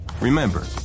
Remember